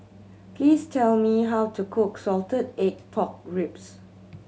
please tell me how to cook salted egg pork ribs